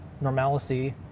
normalcy